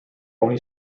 only